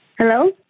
Hello